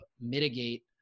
mitigate